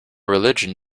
religion